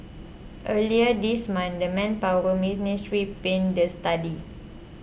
earlier this month the Manpower Ministry panned the study